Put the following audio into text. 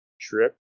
trip